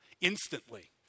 instantly